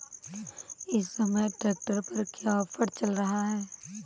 इस समय ट्रैक्टर पर क्या ऑफर चल रहा है?